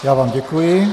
Já vám děkuji.